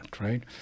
right